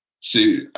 See